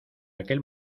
aquel